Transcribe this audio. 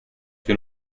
can